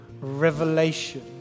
revelation